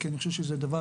אני חושב שזה דבר,